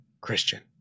Christian